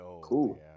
Cool